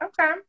Okay